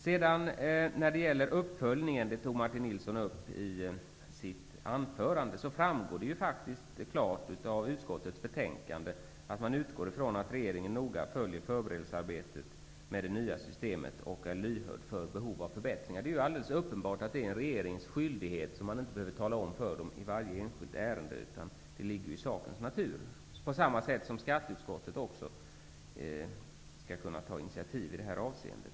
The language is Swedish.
Martin Nilsson tog upp uppföljningen i sitt anförande. Det framgår klart av utskottets betänkande att man utgår ifrån att regeringen noga följer förberedelsearbetet med det nya systemet och är lyhörd för behov av förbättringar. Det är alldeles uppenbart att det är en regerings skyldighet. Det skall man inte behöva tala om för den i varje enskilt ärende. Det ligger ju i sakens natur. På samma sätt skall skatteutskottet kunna ta initiativ i det här avseendet.